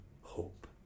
hope